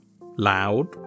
Loud